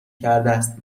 کردست